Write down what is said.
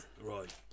right